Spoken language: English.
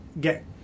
get